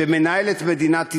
שמנהל את מדינת ישראל,